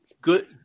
good